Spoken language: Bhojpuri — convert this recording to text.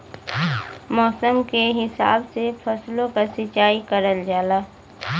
मौसम के हिसाब से फसलो क सिंचाई करल जाला